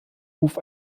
ruf